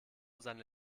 seine